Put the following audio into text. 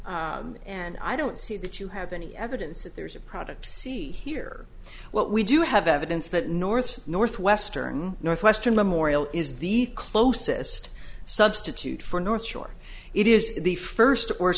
and i don't see that you have any evidence that there is a product c here what we do have evidence that north north western northwestern memorial is the closest substitute for north shore it is the first or